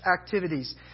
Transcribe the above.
activities